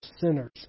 sinners